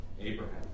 Abraham